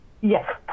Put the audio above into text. yes